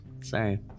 sorry